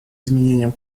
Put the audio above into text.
изменением